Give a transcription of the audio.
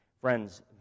Friends